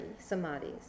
samadhis